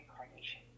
reincarnation